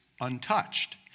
untouched